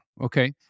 Okay